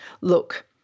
Look